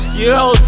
yo